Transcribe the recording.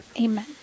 Amen